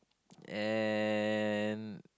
and